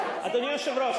אדוני היושב-ראש,